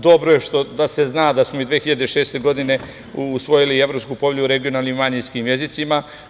Dobro je da se zna da smo i 2006. godine usvojili Evropsku povelju o regionalnim manjinskim jezicima.